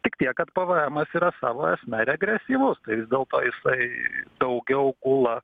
tik tiek kad pvemas yra savo esme regresyvus tai vis dėlto jisai daugiau gula